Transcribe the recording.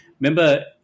Remember